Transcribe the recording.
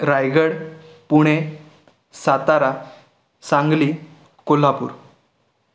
Raigad Pune Satara Sangli Kolhapur